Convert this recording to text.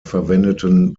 verwendeten